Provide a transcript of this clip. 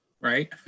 right